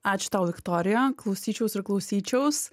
ačiū tau viktorija klausyčiaus ir klausyčiaus